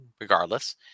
regardless